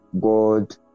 God